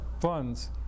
funds